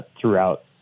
throughout